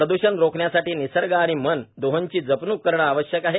प्रदृषण रोखण्यासाठी निसर्ग आणि मन दोहोंची जपणूक करणे आवश्यक आहे